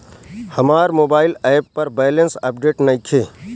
हमार mobile app पर balance update नइखे